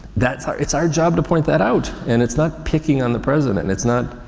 that's our, it's our job to point that out and it's not picking on the president. and it's not,